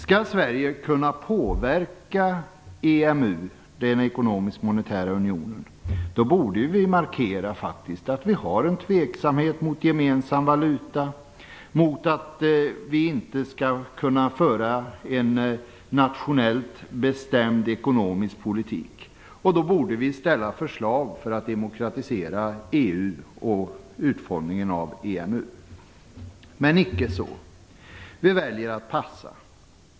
Skall Sverige kunna påverka EMU - den ekonomisk-monetära unionen - borde vi faktiskt markera att vi har en tveksamhet mot gemensam valuta och mot att vi inte skall kunna föra en nationellt bestämd ekonomisk politik. Då borde vi lägga fram förslag för att demokratisera EU och utformningen av EMU. Men icke så - vi väljer att passa!